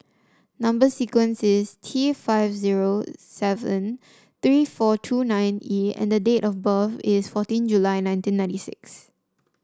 number sequence is T five zero seven three four two nine E and date of birth is fourteen July nineteen ninety six